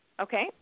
okay